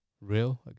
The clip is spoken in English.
real